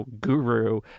guru